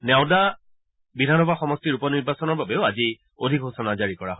নাওডা বিধানসভা সমষ্টিৰ উপ নিৰ্বাচনৰ বাবেও আজি অধিসূচনা জাৰি কৰা হৈছে